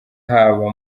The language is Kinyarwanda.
haba